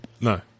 No